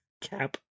Cap